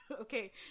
okay